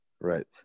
Right